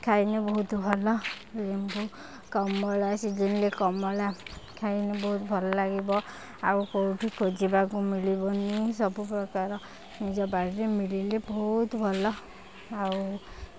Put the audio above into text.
ଖାଇଲେ ବହୁତ ଭଲ ଲେମ୍ବୁ କମଳା ସିଜିନ୍ରେ କମଳା ଖାଇଲେ ବହୁତ ଭଲ ଲାଗିବ ଆଉ କେଉଁଠୁ ଖୋଜିବାକୁ ମିଳିବନି ସବୁପ୍ରକାର ନିଜ ବାଡ଼ିରେ ମିଳିଲେ ବହୁତ ଭଲ ଆଉ